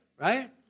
right